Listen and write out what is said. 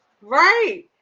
Right